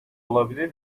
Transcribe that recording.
olabilir